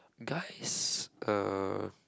guys uh